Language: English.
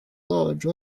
large